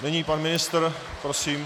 Nyní pan ministr, prosím.